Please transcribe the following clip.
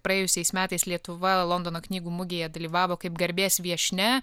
praėjusiais metais lietuva londono knygų mugėje dalyvavo kaip garbės viešnia